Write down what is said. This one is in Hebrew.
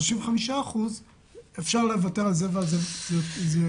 אבל כדי להגיע ל-35% אפשר לוותר על זה ועל זה ועל זה.